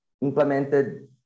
implemented